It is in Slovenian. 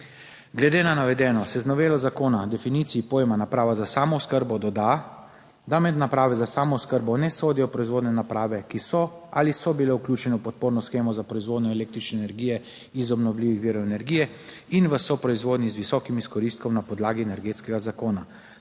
glede na navedeno se z novelo Zakona o definiciji pojma naprava za samooskrbo doda, da med naprave za samooskrbo ne sodijo proizvodne naprave, ki so ali so bile vključene v podporno shemo za proizvodnjo električne energije iz obnovljivih virov energije in v soproizvodnji z visokim izkoristkom na podlagi Energetskega zakona.